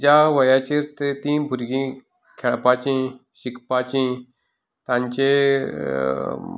ज्या वयाचेर तीं भुरगीं खेळपाचीं शिकपाचीं तांचें